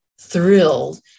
thrilled